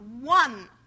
one